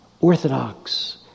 Orthodox